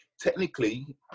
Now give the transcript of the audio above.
technically